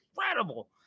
incredible